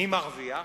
מי מרוויח?